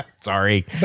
Sorry